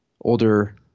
older